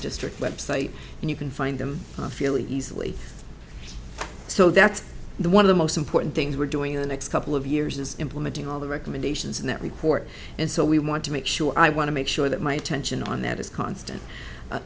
district web site and you can find them feel easily so that's one of the most important things we're doing in the next couple of years is implementing all the recommendations in that report and so we want to make sure i want to make sure that my attention on that is constant